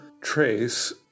trace